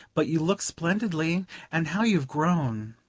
but you look splendidly and how you've grown!